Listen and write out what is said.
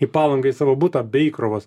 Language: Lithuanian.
į palangą į savo butą be įkrovos